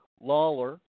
Lawler